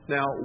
Now